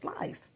life